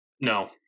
no